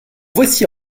voici